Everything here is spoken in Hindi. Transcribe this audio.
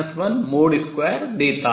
2 देता है